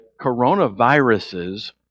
coronaviruses